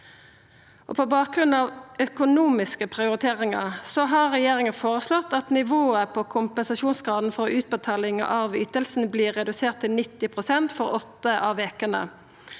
På bakgrunn av økonomiske prioriteringar har regjeringa føreslått at nivået på kompensasjonsgraden for utbetaling av ytinga vert redusert til 90 pst. for åtte av vekene.